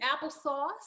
applesauce